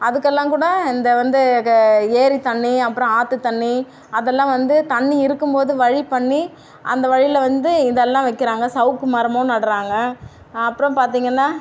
அதுக்கெல்லாம் கூட இந்த வந்து க ஏரி தண்ணி அப்புறம் ஆற்று தண்ணி அதெல்லாம் வந்து தண்ணி இருக்கும்போது வழி பண்ணி அந்த வழியில் வந்து இதெல்லாம் வைக்கிறாங்க சவுக்கு மரமும் நடுறாங்க அப்புறம் பார்த்திங்கன்னா